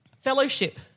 Fellowship